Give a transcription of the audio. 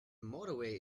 motorway